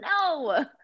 no